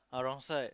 uh wrong side